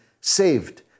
saved